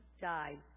died